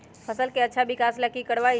फसल के अच्छा विकास ला की करवाई?